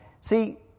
See